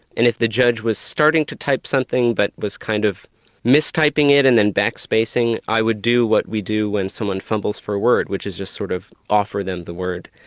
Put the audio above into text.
and if the judge was starting to type something, but was kind of mistyping it and then back-spacing, i would do what we do when someone fumbles for a word which is just sort of offer them the word,